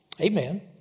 Amen